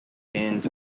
end